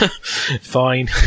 Fine